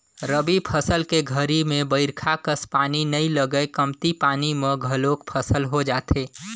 रबी फसल के घरी में बईरखा कस पानी नई लगय कमती पानी म घलोक फसल हो जाथे